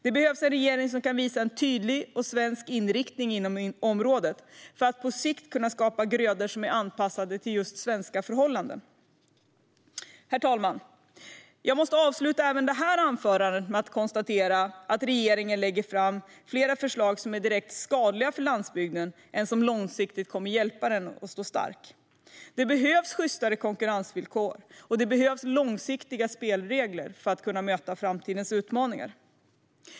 Det behövs en regering som kan visa en tydlig svensk inriktning inom området för att på sikt kunna skapa grödor som är anpassade till svenska förhållanden. Herr talman! Jag måste avsluta även detta anförande med att konstatera att regeringen lägger fram flera förslag som är direkt skadliga för landsbygden snarare än att långsiktigt hjälpa den att stå stark. Det behövs sjystare konkurrensvillkor, och det behövs långsiktiga spelregler för att kunna möta framtidens utmaningar.